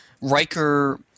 Riker